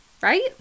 Right